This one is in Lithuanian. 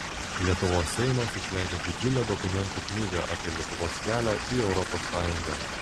lietuvos seimas išleido didžiulę dokumentų knygą apie lietuvos kelią į europos sąjungą